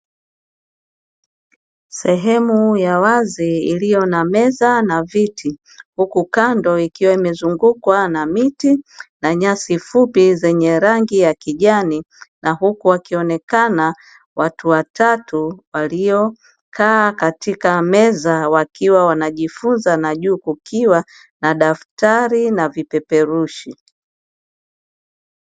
Sehemu ya wazi ilio na meza na viti, huku kando ikiwa imezungukwa na miti na nyasi fupi zenye rangi ya kijani na huku wakionekana watu watatu waliokaa katika meza wakiwa wanajifunza na juu kukiwa na daftari na vipeperushi.